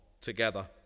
together